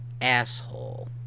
asshole